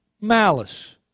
malice